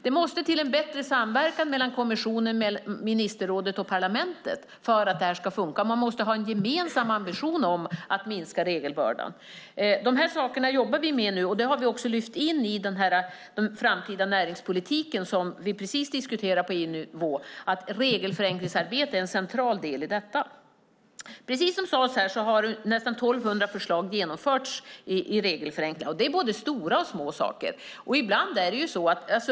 Det måste till en bättre samverkan mellan kommissionen, ministerrådet och parlamentet för att det ska funka. Man måste ha en gemensam ambition att minska regelbördan. Vi jobbar nu med de här sakerna, och vi har också lyft in dem i den framtida näringspolitik som vi just nu diskuterar på EU-nivå. Regelförenklingsarbete är en central del i detta. Precis som sades här har nästan 1 200 förslag genomförts i regelförenklingarna. Det är både stora och små saker.